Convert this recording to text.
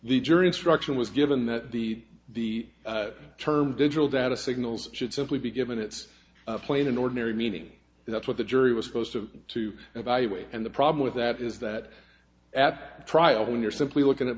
the jury instruction was given that the the term digital data signals should simply be given its plain and ordinary meaning and that's what the jury was supposed to to evaluate and the problem with that is that at trial when you're simply looking at